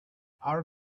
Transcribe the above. our